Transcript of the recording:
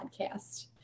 podcast